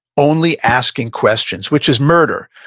only asking questions, which is murder.